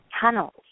tunnels